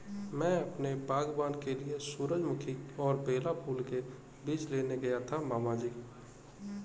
मैं अपने बागबान के लिए सूरजमुखी और बेला फूल के बीज लेने गया था मामा जी